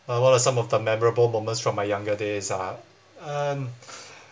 uh what are some of the memorable moments from my younger days ah um